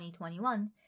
2021